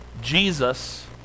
Jesus